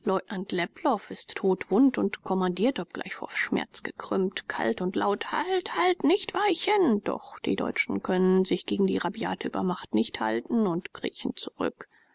ist totwund und kommandiert obgleich vor schmerz gekrümmt kalt und laut halt halt nicht weichen doch die deutschen können sich gegen die rabiate übermacht nicht halten und kriechen zurück